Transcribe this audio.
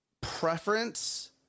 preference